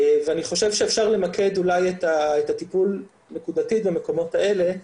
ואני חושב שאפשר אולי למקד את הטיפול נקודתית במקומות האלה.